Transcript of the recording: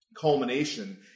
culmination